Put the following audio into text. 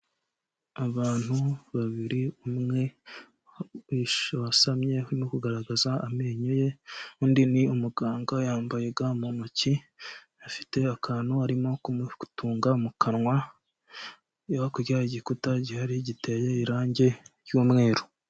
Abantu babiri umwe wasamye urimo kugaragaza amenyo ye, undi ni umuganga yambaye ga mu ntoki, afite akantu arimo kumutunga mu kanwa, hakurya ye hari igikuta gihari giteye irangi ry'umweru.